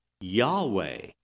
Yahweh